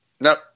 nope